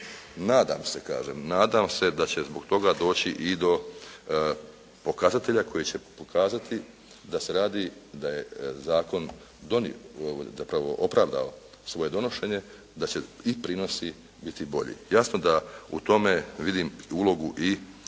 nadam se da će zbog toga doći i do pokazatelja koji će pokazati da se radi, da je zakon donio zapravo opravdao svoje donošenje, da će i prinosi biti bolji. Jasno da u tome vidim ulogu i